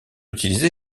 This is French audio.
utilisée